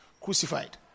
crucified